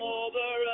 over